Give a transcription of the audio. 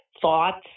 thoughts